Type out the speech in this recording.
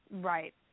right